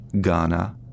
Ghana